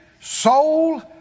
soul